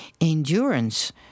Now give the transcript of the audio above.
endurance